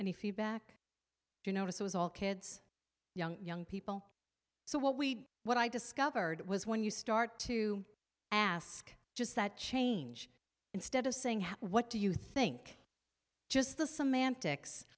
the feedback you notice was all kids young young people so what we what i discovered was when you start to ask just that change instead of saying what do you think just the semantics